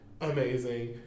Amazing